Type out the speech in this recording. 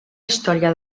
història